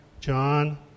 John